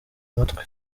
amatwi